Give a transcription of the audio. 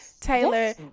taylor